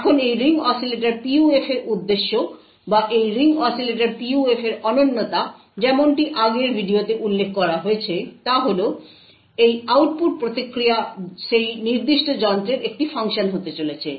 এখন এই ring oscillator PUF এর উদ্দেশ্য বা এই রিং অসিলেটর PUF এর অনন্যতা যেমনটি আগের ভিডিওতে উল্লেখ করা হয়েছে তা হল এই আউটপুট প্রতিক্রিয়া সেই নির্দিষ্ট যন্ত্রের একটি ফাংশন হতে চলেছে